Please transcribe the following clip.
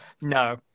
No